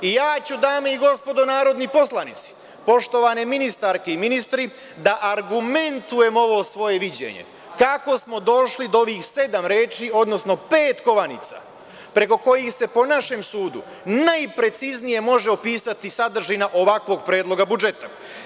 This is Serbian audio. I ja ću, dame i gospodo narodni poslanici, poštovane ministarke i ministri, da argumentujem ovo svoje viđenje kako smo došli do ovih sedam reči, odnosno pet kovanica preko kojih se po našem sudu najpreciznije može opisati sadržina ovakvog predloga budžeta.